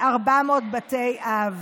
400 בתי אב.